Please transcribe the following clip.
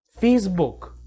Facebook